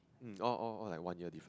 um all all all like one year diff